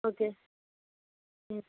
okay ம்